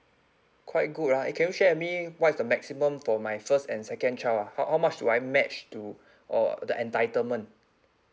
quite good ah eh can you share with me what is the maximum for my first and second child ah how how much do I match to uh the entitlement